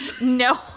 No